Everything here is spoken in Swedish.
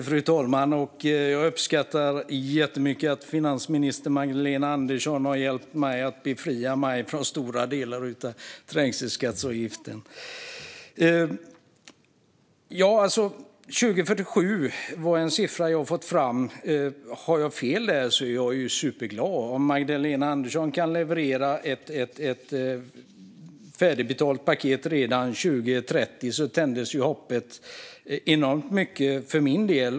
Fru talman! Jag uppskattar verkligen att finansminister Magdalena Andersson har hjälpt till att befria mig från stora delar av trängselskattsavgiften. År 2047 var en siffra som jag hade fått fram. Om jag har fel blir jag superglad. Om Magdalena Andersson kan leverera ett färdigbetalt paket redan 2030 tänds hoppet för min del.